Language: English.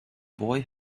boy